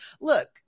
look